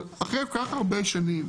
אבל אחרי כל כך הרבה שנים